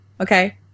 Okay